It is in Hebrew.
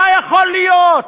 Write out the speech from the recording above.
לא יכול להיות,